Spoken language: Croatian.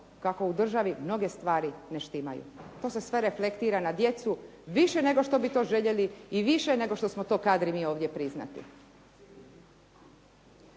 kako u državi mnoge stvari ne štimaju. To se sve reflektira na djecu, više nego što bi to željeli i više nego što smo to kadri mi ovdje priznati.